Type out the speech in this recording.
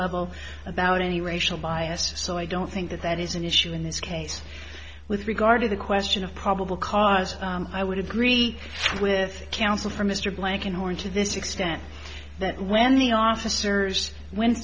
level about any racial bias so i don't think that that is an issue in this case with regard to the question of probable cause i would agree with counsel for mr blankenhorn to this extent that when the officers when